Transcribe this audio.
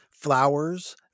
flowers